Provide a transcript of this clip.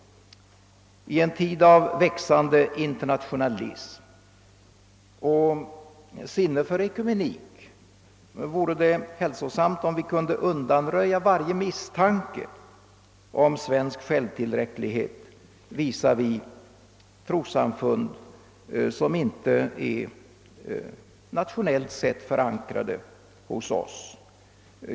I en tid av växande internationalism och sinne för ekumenik vore det hälsosamt, om vi kunde undanröja varje misstanke för svensk självtillräcklighet visavi tros samfund som inte är nationellt förankrade hos oss.